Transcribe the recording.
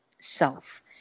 self